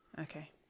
Okay